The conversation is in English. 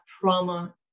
trauma